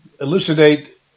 elucidate